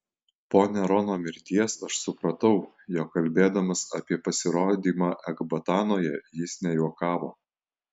po nerono mirties aš supratau jog kalbėdamas apie pasirodymą ekbatanoje jis nejuokavo